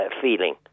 feeling